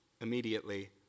immediately